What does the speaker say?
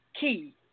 Key